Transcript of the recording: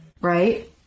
right